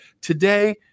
Today